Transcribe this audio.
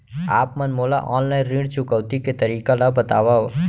आप मन मोला ऑनलाइन ऋण चुकौती के तरीका ल बतावव?